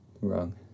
Wrong